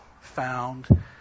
found